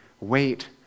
wait